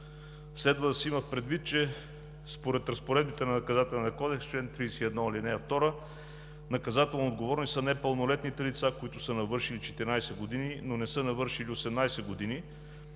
Следва да се има предвид, че според разпоредбите на Наказателния кодекс – чл. 31, ал. 2, наказателноотговорни са непълнолетните лица, които са навършили 14 години, но не са навършили 18 години,